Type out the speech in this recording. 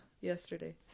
yesterday